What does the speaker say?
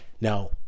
Now